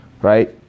Right